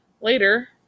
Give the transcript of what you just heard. Later